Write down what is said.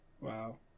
Wow